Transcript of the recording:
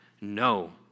No